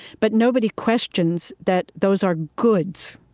but nobody questions that those are goods